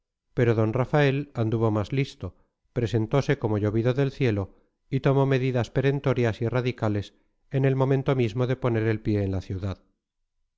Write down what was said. pero d rafael anduvo más listo presentose como llovido del cielo y tomó medidas perentorias y radicales en el momento mismo de poner el pie en la ciudad